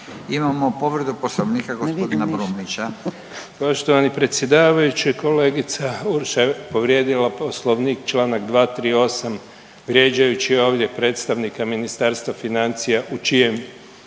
imamo povredu poslovnika g. Brumnića. **Brumnić, Zvane (Nezavisni)** Poštovani predsjedavajući. Kolegica Urša je povrijedila poslovnik čl. 238. vrijeđajući ovdje predstavnika Ministarstva financija u čijem